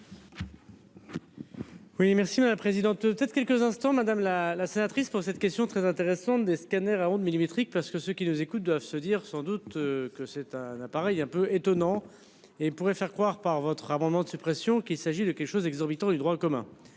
merci ma la présidente peut-être quelques instants madame la la sénatrice pour cette question très intéressante des scanners à ondes millimétriques parce que ceux qui nous écoutent doivent se dire sans doute que c'est un appareil un peu étonnant et pourrait faire croire par votre amendement de suppression qu'il s'agit de quelque chose d'exorbitant du droit commun.